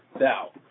now